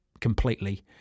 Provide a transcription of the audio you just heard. completely